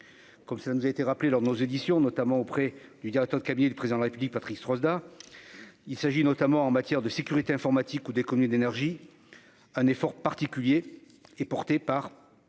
comme ça nous a été rappelée lors de nos éditions, notamment auprès du directeur de cabinet du président de la République, Patrice, il s'agit notamment en matière de sécurité informatique ou d'économie d'énergie, un effort particulier est porté par